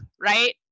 Right